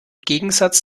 gegensatz